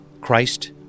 Christ